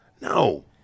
No